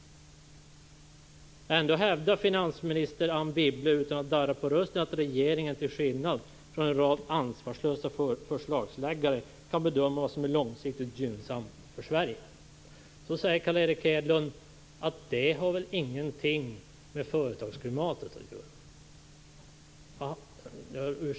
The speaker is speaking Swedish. Ändå hävdar finansminister Anne Wibble utan att darra på rösten att regeringen, till skillnad från en rad ansvarslösa förslagsställare, kan bedöma vad som är långsiktig gynnsamt för Sverige. Carl Erik Hedlund säger att det har väl ingenting med företagsklimatet att göra.